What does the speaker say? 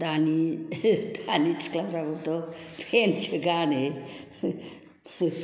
दानि सिख्लाफ्राबोथ' फेनसो गानो